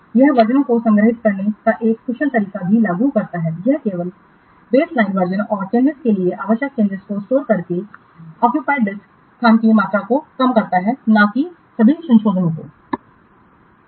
यह संस्करणों को संग्रहीत करने का एक कुशल तरीका भी लागू करता है यह केवल बेसलाइन वर्जन और चेंजिंस के लिए आवश्यक चेंजिंसों को स्टोर करके ऑक्यूपाइड डिस्क स्थान की मात्रा को कम करता है न कि सभी संशोधनों को